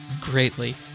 greatly